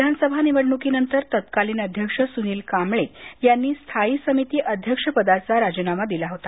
विधानसभा निवडणुकीनंतर तत्कालीन अध्यक्ष सुनील कांबळे यांनी स्थायी समिती अध्यक्षपदाचा राजीनामा दिला होता